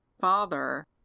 father